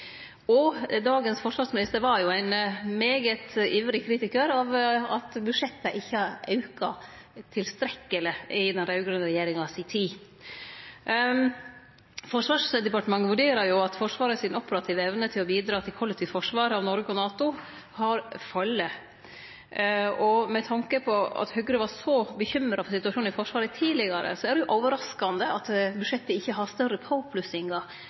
tid.» Dagens forsvarsminister var ein meget ivrig kritikar av at budsjetta ikkje auka tilstrekkeleg i den raud-grøne regjeringa si tid. Forsvarsdepartementet vurderer at Forsvaret si operative evne til å bidra til kollektivt forsvar av Noreg og NATO har falle. Og med tanke på at Høgre var så bekymra for situasjonen i Forsvaret tidlegare, er det jo overraskande at budsjettet ikkje har større påplussingar